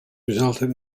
resulted